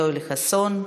יואל חסון,